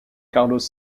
carlos